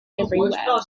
everywhere